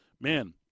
man